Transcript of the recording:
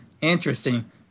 Interesting